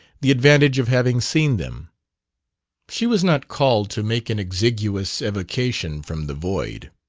the advantage of having seen them she was not called to make an exiguous evocation from the void.